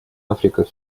африка